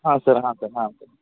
हां सर हां सर हां सर